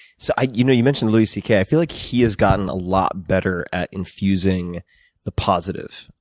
so you know you mentioned louis c k. i feel like he has gotten a lot better at infusing the positive.